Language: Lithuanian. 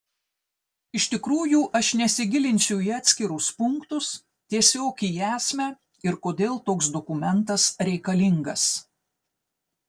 iš tikrųjų aš nesigilinsiu į atskirus punktus tiesiog į esmę ir kodėl toks dokumentas reikalingas